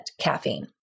caffeine